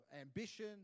ambition